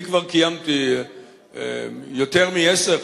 אני כבר קיימתי יותר מעשר,